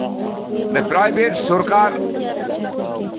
private ᱥᱚᱨᱠᱟᱨ